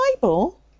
Bible